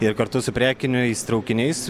ir kartu su prekiniais traukiniais